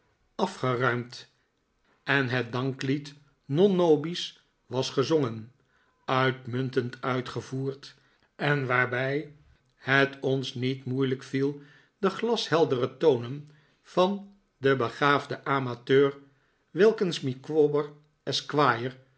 en het danklied non nobis was gezongen uitmuntend uitgevoerd en waarbij het ons niet moeilijk viel de glasheldere tonen van den begaafden amateur wilkins micawber